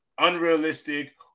unrealistic